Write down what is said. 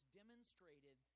demonstrated